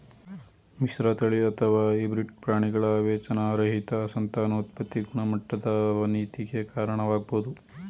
ಮಿಶ್ರತಳಿ ಅಥವಾ ಹೈಬ್ರಿಡ್ ಪ್ರಾಣಿಗಳ ವಿವೇಚನಾರಹಿತ ಸಂತಾನೋತ್ಪತಿ ಗುಣಮಟ್ಟದ ಅವನತಿಗೆ ಕಾರಣವಾಗ್ಬೋದು